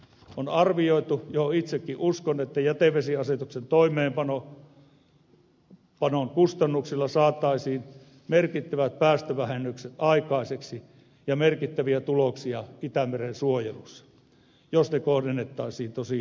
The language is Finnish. on arvioitu ja itsekin uskon että jätevesiasetuksen toimeenpanon kustannuksilla saataisiin merkittävät päästövähennykset aikaiseksi ja merkittäviä tuloksia itämeren suojelussa jos ne kohdennettaisiin tosiaan toisin